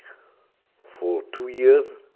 for two years.